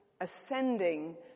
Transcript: ascending